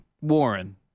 Warren